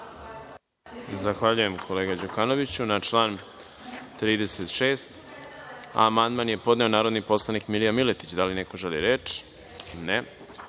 Zahvaljujem, kolega Đukanoviću. Na član 36. amandman je podneo narodni poslanik Milija Miletić. Da li neko želi reč?